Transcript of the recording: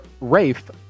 Rafe